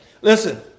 Listen